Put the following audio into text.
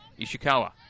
Ishikawa